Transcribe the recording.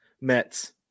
Mets